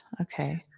Okay